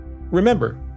Remember